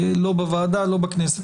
לא בוועדה ולא בכנסת,